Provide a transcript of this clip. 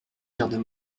jardin